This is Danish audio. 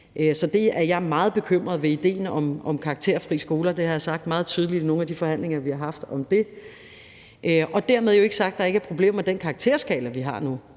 Så jeg er meget bekymret ved idéen om karakterfri skoler. Det har jeg sagt meget tydeligt i nogle af de forhandlinger, vi har haft om det. Dermed jo ikke sagt, at vi ikke har problemer med den karakterskala, vi har nu.